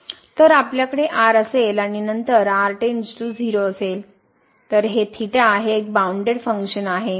तर आपल्याकडे असेल आणि नंतर r → 0 असेल तर हे एक बाउनडेड फंक्शन आहे